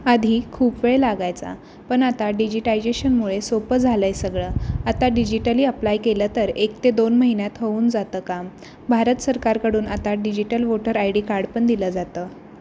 आधी खूप वेळ लागायचा पण आता डिजिटायजेशनमुळे सोपं झालं आहे सगळं आता डिजिटली अप्लाय केलं तर एक ते दोन महिन्यात होऊन जातं काम भारत सरकारकडून आता digital voter I D card पण दिलं जातं